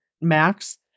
Max